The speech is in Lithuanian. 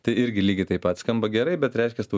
tai irgi lygiai taip pat skamba gerai bet reiškias tu